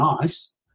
nice